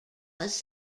was